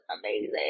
amazing